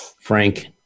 Frank